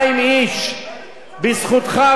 בזכותך, בוז'י, אני אומר לך.